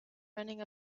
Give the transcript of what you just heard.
running